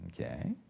Okay